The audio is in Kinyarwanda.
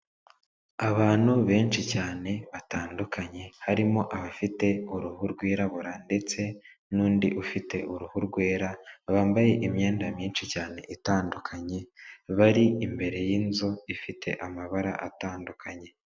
Abantu benshi cyane batandukanye, harimo abafite uruhu rwirabura ndetse n'undi ufite uruhu rwera, bambaye imyenda myinshi cyane itandukanye, bari imbere y'inzu ifite amabara atandukanye.